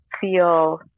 feel